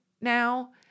now